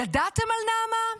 ידעתם על נעמה,